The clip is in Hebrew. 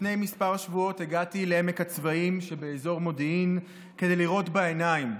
לפני כמה שבועות הגעתי לעמק הצבאים שבאזור מודיעין כדי לראות בעיניים,